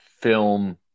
film